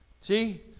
See